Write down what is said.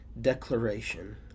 declaration